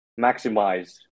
maximize